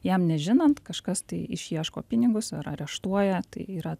jam nežinant kažkas tai išieško pinigus ar areštuoja tai yra